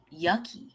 yucky